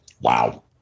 Wow